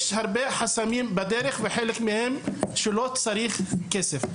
יש הרבה חסמים בדרך ולחלק מהם לא צריך כסף.